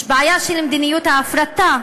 יש בעיה של מדיניות ההפרטה.